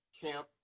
camp